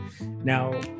now